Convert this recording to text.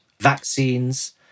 vaccines